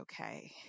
okay